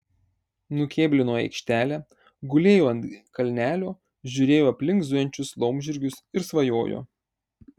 nukėblino į aikštelę gulėjo ant kalnelio žiūrėjo į aplink zujančius laumžirgius ir svajojo